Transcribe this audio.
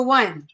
one